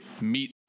meet